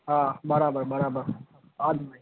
હા બરાબર બરાબર આજ નહીં